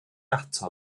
ato